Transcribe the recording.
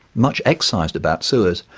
much excised about sewers,